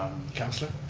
councilor.